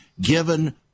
given